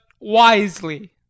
wisely